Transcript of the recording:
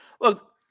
Look